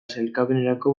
sailkapenerako